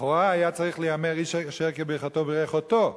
לכאורה היה צריך להיאמר 'איש אשר כברכתו ברך אותו'.